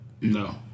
No